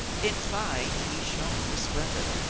in fine, he shone resplendent.